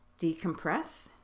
decompress